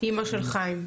אמא של חיים.